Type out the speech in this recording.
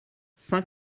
saint